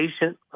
patient